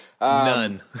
none